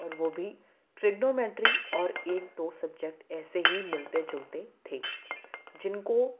اور وہ بھی ٹریگنومیٹری اور ایک دو سبجیکٹ ایسے ہی ملتے جلتے تھے جن کو